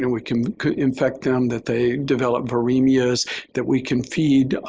you know we can infect them that they developed viremias that we can feed